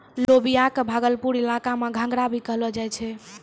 लोबिया कॅ भागलपुर इलाका मॅ घंघरा भी कहलो जाय छै